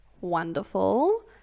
wonderful